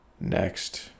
next